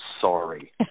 sorry